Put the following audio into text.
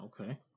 Okay